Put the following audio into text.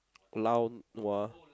lao nua